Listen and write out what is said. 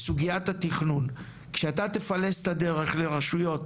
וסוגיית התכנון, כשאתה תפלס את הדרך לרשויות,